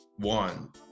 One